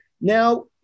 now